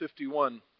51